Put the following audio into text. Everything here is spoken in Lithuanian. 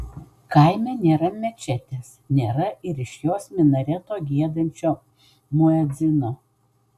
kaime nėra mečetės nėra ir iš jos minareto giedančio muedzino